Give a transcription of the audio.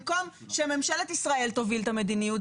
במקום שממשלת ישראל תוביל את המדיניות,